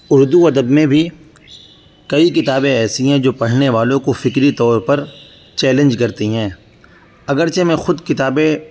اردو ادب میں بھی کئی کتابیں ایسی ہیں جو پڑھنے والوں کو فکری طور پر چیلنج کرتی ہیں اگرچہ میں خود کتابیں